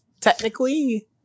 technically